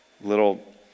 little